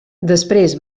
després